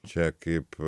čia kaip